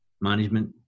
management